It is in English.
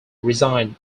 resigned